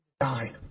Die